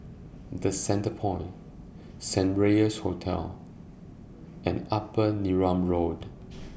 The Centrepoint Saint Regis Hotel and Upper Neram Road